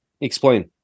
Explain